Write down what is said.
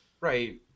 Right